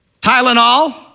Tylenol